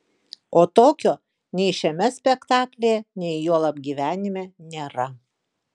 o tokio nei šiame spektaklyje nei juolab gyvenime nėra